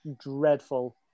dreadful